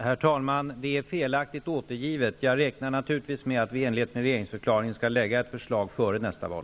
Herr talman! Det är felaktigt återgivet. Jag räknar naturligtvis med att vi i enlighet med regeringsförklaringen skall kunna lägga fram ett förslag före nästa val.